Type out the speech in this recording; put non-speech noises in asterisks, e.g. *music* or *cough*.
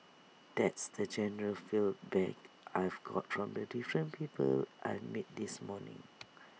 that's the general feel back I've got from the different people I've met this morning *noise*